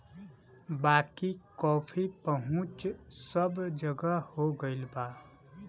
बाकी कॉफ़ी पहुंच सब जगह हो गईल बा